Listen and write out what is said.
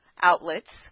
outlets